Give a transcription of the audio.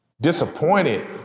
disappointed